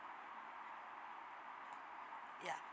ya